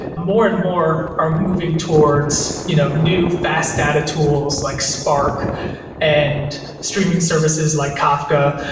more and more are moving towards you know new fast data tools, like spark and streaming services like kafka,